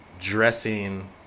dressing